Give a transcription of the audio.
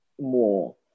more